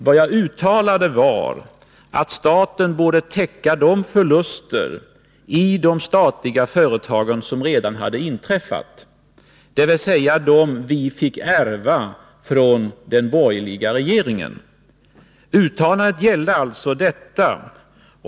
Det jag uttalade var att staten borde täcka de förluster som redan hade inträffat i de statliga företagen, dvs. de förluster vi fick ärva från den borgerliga regeringen. Uttalandet gällde detta.